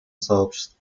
сообщества